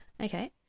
Okay